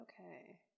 Okay